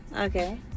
Okay